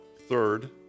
Third